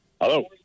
Hello